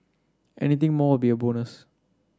anything more will be a bonus